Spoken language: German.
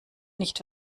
nicht